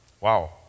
Wow